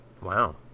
wow